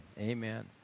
Amen